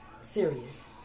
serious